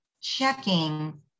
checking